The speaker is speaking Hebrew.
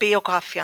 ביוגרפיה